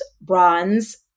bronze